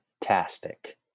fantastic